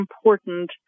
important